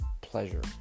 pleasure